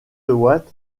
watt